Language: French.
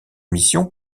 missions